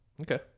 Okay